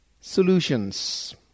solutions